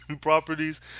properties